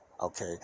okay